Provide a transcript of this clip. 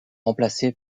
remplacé